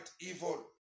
evil